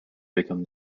become